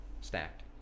Stacked